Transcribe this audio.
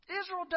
Israel